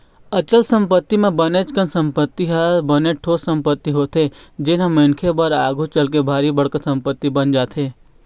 अचल संपत्ति म बनेच कन संपत्ति ह बने ठोस संपत्ति होथे जेनहा मनखे बर आघु चलके भारी बड़का संपत्ति बन जाथे